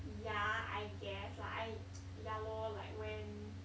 yeah I guess lah I ya lor like when